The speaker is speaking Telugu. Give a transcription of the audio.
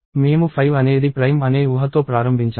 మేము 5 అనేది ప్రైమ్ అనే ఊహతో ప్రారంభించాము